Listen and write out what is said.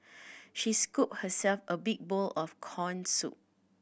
she scooped herself a big bowl of corn soup